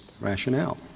rationale